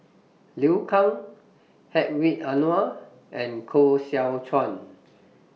Liu Kang Hedwig Anuar and Koh Seow Chuan